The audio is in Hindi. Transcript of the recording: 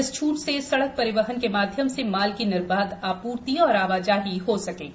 इस छूट से सड़क परिवहन के माध्यम से माल की निर्बाध आपूर्ति और आवाजाही हो सकेगी